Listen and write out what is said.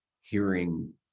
hearing